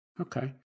Okay